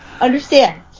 understand